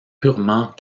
purement